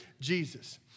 Jesus